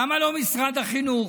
למה לא משרד החינוך?